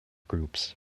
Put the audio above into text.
groups